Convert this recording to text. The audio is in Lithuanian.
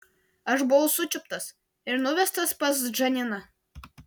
aš buvau sučiuptas ir nuvestas pas džaniną